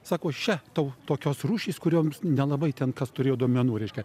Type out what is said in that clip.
sako še tau tokios rūšys kurioms nelabai ten kas turėjo duomenų reiškia